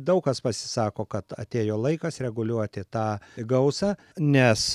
daug kas pasisako kad atėjo laikas reguliuoti tą gausą nes